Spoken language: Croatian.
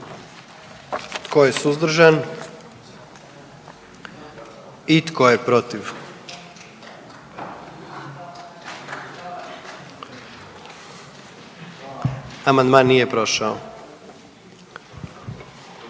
Tko je suzdržan? I tko je protiv? Amandman nije prihvaćen.